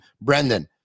Brendan